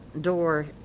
door